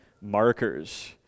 markers